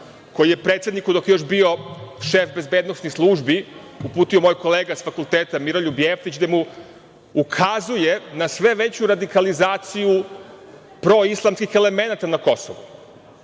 koji je predsedniku, dok je još bio šef bezbednosnih službi, uputio moj kolega sa fakulteta Miroljub Jeftić, gde mu ukazuje na sve veću radikalizaciju proislamskih elemenata na Kosovu,